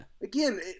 Again